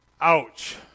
Ouch